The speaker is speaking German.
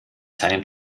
seinen